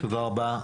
תודה רבה.